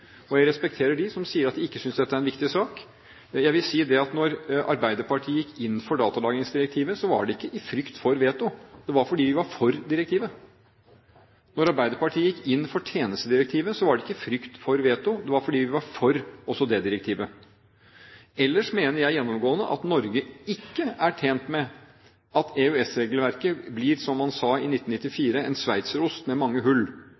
Jeg respekterer dem som sier at de ikke synes dette er en viktig sak. Jeg vil si at da Arbeiderpartiet gikk inn for datalagringsdirektivet, var det ikke i frykt for veto. Det var fordi vi var for direktivet. Da Arbeiderpartiet gikk inn for tjenestedirektivet, var det ikke i frykt for veto. Det var fordi vi var for også det direktivet. Ellers mener jeg gjennomgående at Norge ikke er tjent med at EØS-regelverket blir som man sa i 1994, en sveitserost med mange hull.